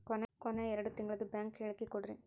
ಕೊನೆ ಎರಡು ತಿಂಗಳದು ಬ್ಯಾಂಕ್ ಹೇಳಕಿ ಕೊಡ್ರಿ